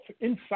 inside